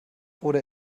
oder